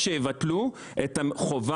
ההערכות שלנו שאם יבטלו מוסכי הסדר העלות